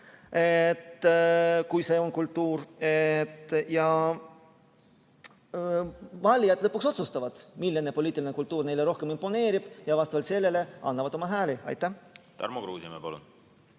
kui see on kultuur. Lõpuks valijad otsustavad, milline poliitiline kultuur neile rohkem imponeerib, ja vastavalt sellele annavad oma hääli. Tarmo Kruusimäe, palun!